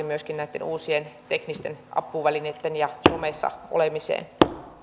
myöskin uusiin teknisiin apuvälineisiin ja somessa olemiseen